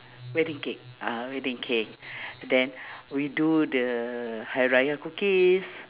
wedding cake uh wedding cake then we do the hari-raya cookies